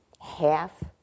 Half